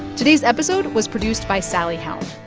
today's episode was produced by sally helm.